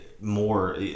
more